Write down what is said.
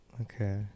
Okay